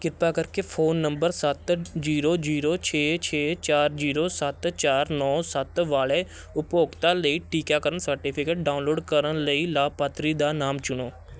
ਕਿਰਪਾ ਕਰਕੇ phone number ਸੱਤ ਜੀਰੋ ਜੀਰੋ ਛੇ ਛੇ ਚਾਰ ਜੀਰੋ ਸੱਤ ਚਾਰ ਨੌ ਸੱਤ ਵਾਲੇ ਉਪਭੋਗਤਾ ਲਈ ਟੀਕਾਕਰਨ ਸਰਟੀਫਿਕੇਟ ਡਾਊਨਲੋਡ ਕਰਨ ਲਈ ਲਾਭਪਾਤਰੀ ਦਾ ਨਾਮ ਚੁਣੋ